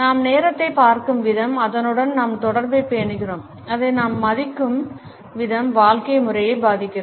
நாம் நேரத்தைப் பார்க்கும் விதம் அதனுடன் நம் தொடர்பைப் பேணுகிறோம் அதை நாம் மதிக்கும் விதம் வாழ்க்கை முறையை பாதிக்கிறது